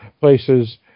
places